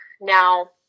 Now